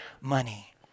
money